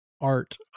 art